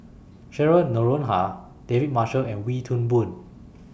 Cheryl Noronha David Marshall and Wee Toon Boon